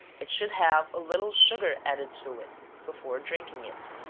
it should have a little sugar added to it before drinking it.